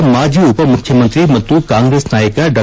ಕರ್ನಾಟಕದ ಮಾಜಿ ಉಪಮುಖ್ಯಮಂತ್ರಿ ಮತ್ತು ಕಾಂಗ್ರೆಸ್ ನಾಯಕ ಡಾ